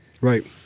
Right